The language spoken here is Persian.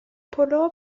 پلو